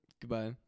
Goodbye